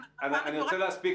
אני רוצה להספיק.